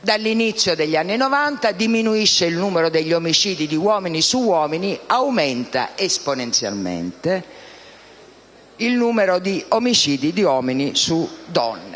Dall'inizio degli anni '90 diminuisce il numero degli omicidi di uomini su uomini: aumenta esponenzialmente il numero degli omicidi di uomini su donne.